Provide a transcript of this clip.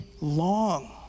long